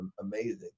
amazing